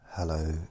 Hello